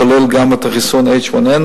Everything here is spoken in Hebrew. כולל גם את החיסון H1N1,